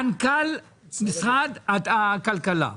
מנכ"ל משרד הכלכלה.